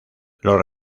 los